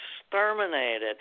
exterminated